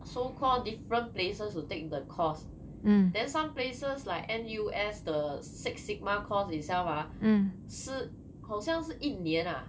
so called different places to take the course then some places like N_U_S the six sigma course itself ah 是好像是一年 ah